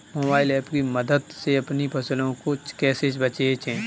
Mobile app की मदद से अपनी फसलों को कैसे बेचें?